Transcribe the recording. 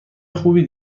خوبی